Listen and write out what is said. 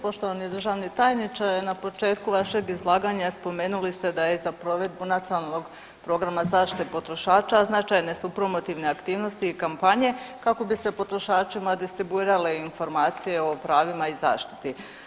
Poštovani državni tajniče na početku vašeg izlaganja spomenuli ste da je za provedbu Nacionalnog programa zaštite potrošača značajne su promotivne aktivnosti i kampanje kako bi se potrošačima distribuirale informacije o pravima i zaštiti.